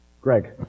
Greg